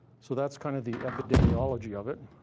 so that's kind of the epidemiology of it.